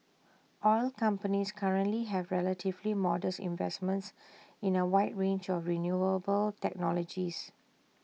oil companies currently have relatively modest investments in A wide range of renewable technologies